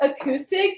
acoustic